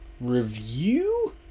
Review